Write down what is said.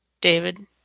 David